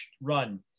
run